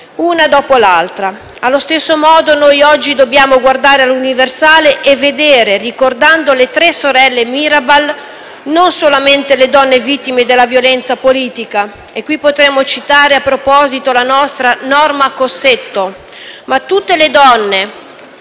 una dopo l'altra. Allo stesso modo noi oggi dobbiamo andare all'universale e vedere, ricordando le tre sorelle Mirabal, non solamente le donne vittime della violenza politica - e qui potremmo citare a proposito la nostra Norma Cossetto - ma tutte le donne